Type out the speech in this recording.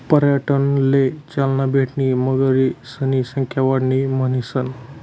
पर्यटनले चालना भेटणी मगरीसनी संख्या वाढणी म्हणीसन